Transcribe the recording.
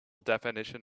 definition